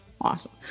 Awesome